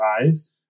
rise